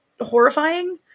horrifying